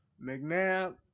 McNabb